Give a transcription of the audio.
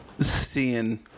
seeing